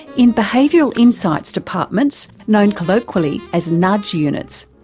in behavioural insights departments, known colloquially as nudge units,